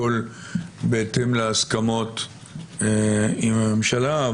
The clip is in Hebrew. הכול בהתאם להסכמות עם הממשלה.